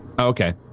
Okay